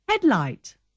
Headlight